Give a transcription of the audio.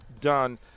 done